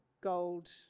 gold